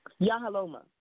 Yahaloma